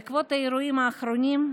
בעקבות האירועים האחרונים,